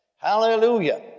Hallelujah